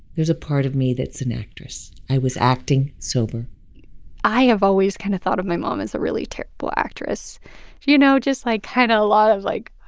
there's a part of me that's an actress. i was acting sober i have always kind of thought of my mom as a really terrible actress you know, just, like, kind of a lot of, like,